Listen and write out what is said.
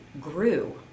grew